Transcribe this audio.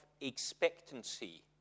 expectancy